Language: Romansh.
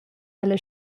alla